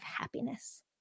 happiness